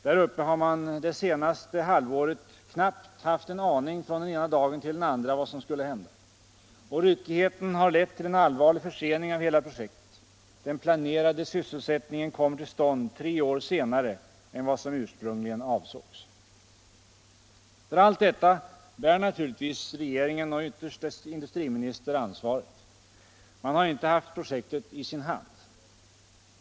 Där uppe har man det senaste halvåret från den ena dagen till den andra knappt haft en aning om vad som skulle hända, och ryckigheten har lett till en allvarlig försening av hela projektet. Den planerade sysselsättningen kom till stånd tre år senare än vad som ursprungligen avsågs. För allt detta bär naturligtvis regeringen, och ytterst dess industriminister, ansvaret. Man har inte haft projektet i sin hand.